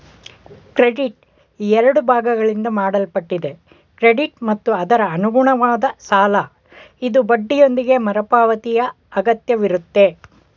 credit ಎರಡು ಭಾಗಗಳಿಂದ ಮಾಡಲ್ಪಟ್ಟಿದೆ ಕ್ರೆಡಿಟ್ ಮತ್ತು ಅದರಅನುಗುಣವಾದ ಸಾಲಇದು ಬಡ್ಡಿಯೊಂದಿಗೆ ಮರುಪಾವತಿಯಅಗತ್ಯವಿರುತ್ತೆ